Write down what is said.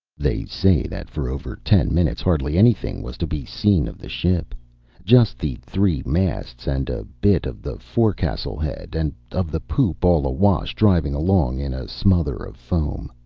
they say that for over ten minutes hardly anything was to be seen of the ship just the three masts and a bit of the forecastle head and of the poop all awash driving along in a smother of foam.